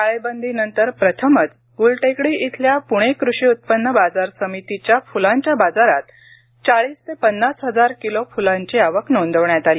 टाळेबंदीनंतर प्रथमच ग्लटेकडी इथल्या पुणे कृषी उत्पन्न बाजार समितीच्या फुलांच्या बाजारात चाळीस ते पन्नास हजार किलो आवक नोंदविण्यात आली